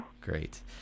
Great